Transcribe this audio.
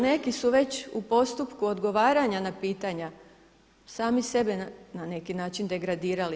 Neki su već u postupku odgovaranja na pitanja sami sebe na neki način degradirali.